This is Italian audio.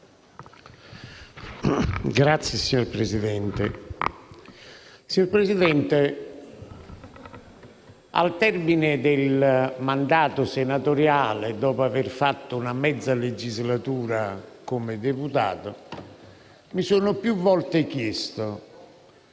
*(ALA-SCCLP)*. Signora Presidente, al termine del mandato senatoriale, dopo aver fatto una mezza legislatura come deputato, mi sono più volte chiesto